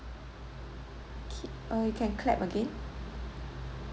okay err you can clap again